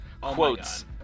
Quotes